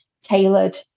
tailored